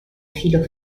filo